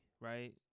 right